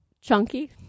chunky